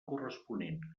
corresponent